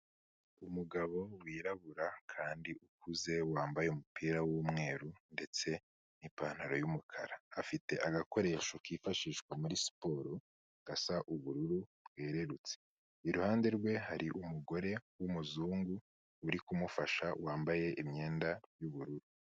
Umugabo wirabura kandi ukuze wambaye umupira w'umweru ndetse n'ipantaro y'umukara. Afite agakoresho kifashishwa muri siporo gasa ubururu bwererutse. Iruhande rwe hari umugore w'umuzungu uri kumufasha wambaye imyenda y'ubururu.